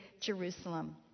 Jerusalem